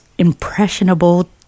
impressionable